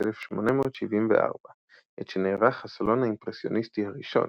1874 – עת שנערך הסלון האימפרסיוניסטי הראשון,